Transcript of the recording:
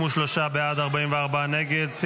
53 בעד, 44 נגד.